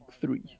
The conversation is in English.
three